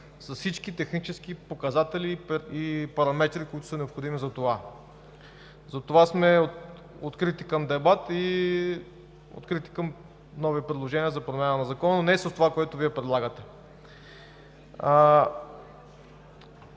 с всички технически показатели и параметри, които са необходими за това. Затова сме открити за дебат и за нови предложения за промяна на Закона, но не с това, което Вие предлагате.